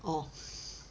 oh